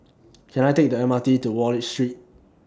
Can I Take The M R T to Wallich Street